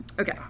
Okay